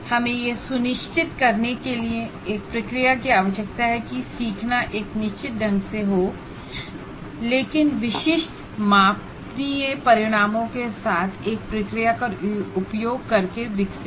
हमें यह सुनिश्चित करने के लिए एक प्रोसेस की आवश्यकता है कि सीखना एक निश्चित ढंग से हो बल्कि स्पेसिफिक मीजरेबल आउटकमके साथ एक प्रक्रिया का उपयोग करके हो